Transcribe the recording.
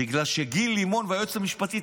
בגלל שגיל לימון והיועצת המשפטית,